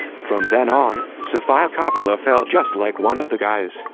from then on, sofia coppola felt just like one of the guys,